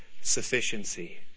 sufficiency